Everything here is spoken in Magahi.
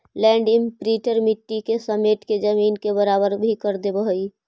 लैंड इम्प्रिंटर मट्टी के समेट के जमीन के बराबर भी कर देवऽ हई